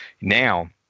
now